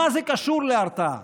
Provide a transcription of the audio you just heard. מה זה קשור להרתעה?